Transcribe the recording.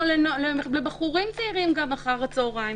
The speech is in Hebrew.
גם לבחורים צעירים אחר הצוהריים.